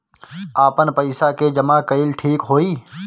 आपन पईसा के जमा कईल ठीक होई?